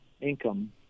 income